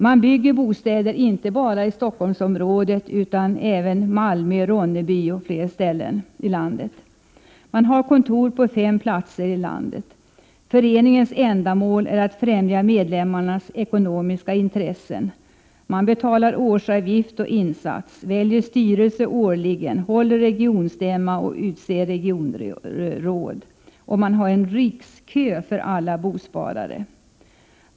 Man bygger bostäder inte bara i Stockholmsområdet utan även i bl.a. Malmö och Ronneby. Man har kontor på fem platser i landet. Föreningens ändamål är att ffträmja medlemmarnas ekonomiska intressen, och dessa betalar årsavgift och insats, väljer styrelse årligen, håller regionstämma och utser regionråd. Man har en rikskö för alla bosparare.